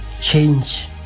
change